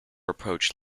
approached